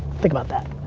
think about that.